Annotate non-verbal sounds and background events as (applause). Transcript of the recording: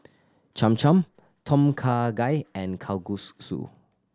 Cham Cham Tom Kha Gai and (unintelligible)